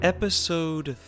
Episode